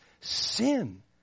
sin